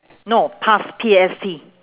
no past P A S T